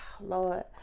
Lord